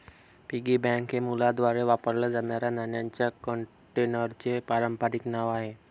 piggy bank हे मुलांद्वारे वापरल्या जाणाऱ्या नाण्यांच्या कंटेनरचे पारंपारिक नाव आहे